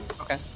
Okay